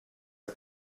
der